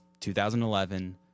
2011